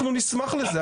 אנחנו נשמח לזה,